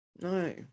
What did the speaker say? No